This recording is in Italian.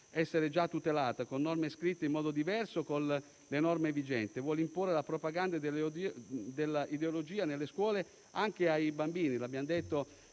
Grazie